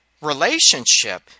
relationship